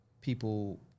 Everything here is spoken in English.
people